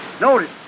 Notice